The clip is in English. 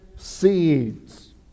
seeds